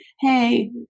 hey